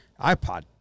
iPod